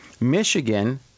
Michigan